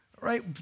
Right